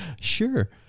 sure